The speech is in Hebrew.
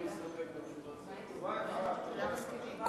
אפשר להסתפק בתשובה של סגן השר.